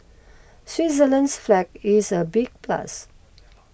Switzerland's flag is a big plus